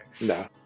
No